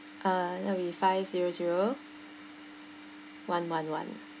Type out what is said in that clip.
uh that'll be five zero zero one one one